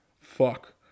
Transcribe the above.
Fuck